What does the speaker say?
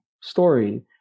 story